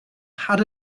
had